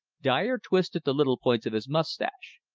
dyer twisted the little points of his mustache.